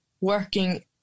working